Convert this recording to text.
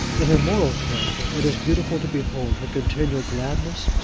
in her moral character, it is beautiful to behold her continual gladness,